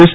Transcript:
S